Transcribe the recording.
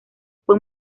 fue